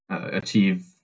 achieve